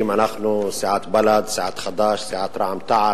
סיעת בל"ד, סיעת חד"ש, סיעת רע"ם-תע"ל,